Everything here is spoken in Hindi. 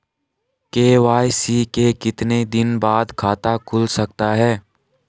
के.वाई.सी के कितने दिन बाद खाता खुल सकता है?